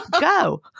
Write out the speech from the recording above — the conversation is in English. go